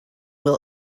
will